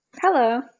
Hello